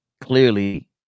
clearly